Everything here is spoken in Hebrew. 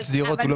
אין להם כלום,